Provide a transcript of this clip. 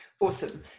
Awesome